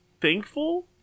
thankful